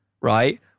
right